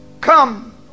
Come